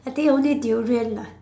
I think only durian lah